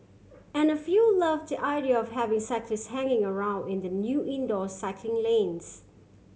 and a few loved the idea of having cyclist hanging around in the new indoor cycling lanes